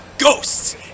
Ghosts